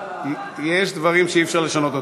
יש דברים שאי-אפשר לשנות.